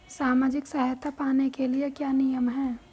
सामाजिक सहायता पाने के लिए क्या नियम हैं?